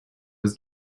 was